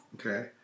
Okay